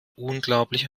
unglaublich